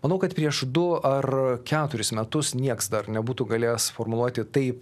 manau kad prieš du ar keturis metus nieks dar nebūtų galėjęs formuluoti taip